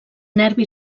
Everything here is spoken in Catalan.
nervi